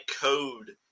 code